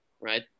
right